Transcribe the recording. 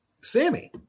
Sammy